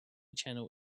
channel